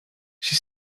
she